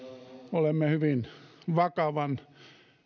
olemme hyvin vakavan